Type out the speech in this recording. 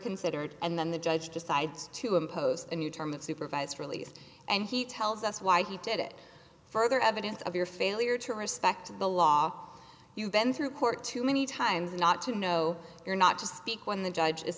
considered and then the judge decides to impose a new term of supervised release and he tells us why he did it further evidence of your failure to respect the law you've been through court too many times not to know you're not just speak when the judge is